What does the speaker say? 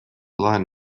line